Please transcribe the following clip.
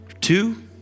two